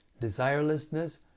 desirelessness